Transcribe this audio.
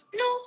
no